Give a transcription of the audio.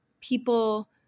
people